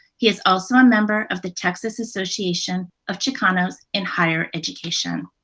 he is also a member of the texas association of chicanos in higher education.